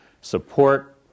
support